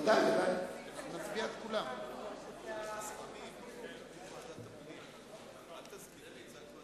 ועדת הפנים והגנת הסביבה בדבר